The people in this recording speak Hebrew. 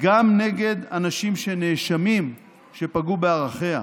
גם נגד אנשים שנאשמים שפגעו בערכיה.